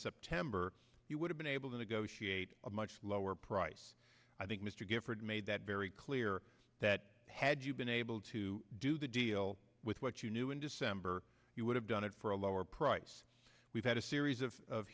september you would have been able to negotiate a much lower price i think mr gifford made that very clear that had you been able to do the deal with what you knew in december he would have done it for a lower price we've had a series of of